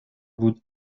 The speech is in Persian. بود